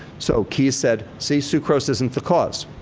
so keys said, see? sucrose isn't the cause.